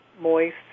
moist